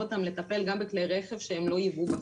אותם לטפל גם בכלי רכב שהם לא ייבאו בפועל.